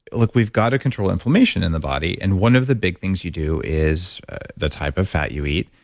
look, we've got to control inflammation in the body. and one of the big things you do is the type of fat you eat.